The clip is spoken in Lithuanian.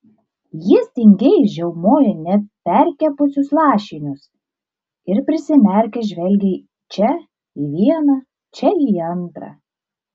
jis tingiai žiaumojo neperkepusius lašinius ir prisimerkęs žvelgė čia į vieną čia į antrą